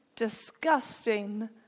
disgusting